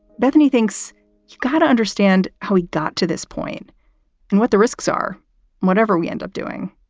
bethanie thinks you got to understand how he got to this point and what the risks are whatever we end up doing,